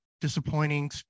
disappointing